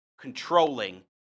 controlling